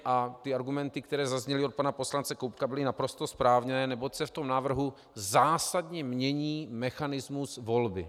A argumenty, které zazněly od pana poslance Koubka, byly naprosto správné, neboť se v tom návrhu zásadně mění mechanismus volby.